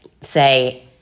say